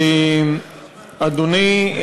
אדוני,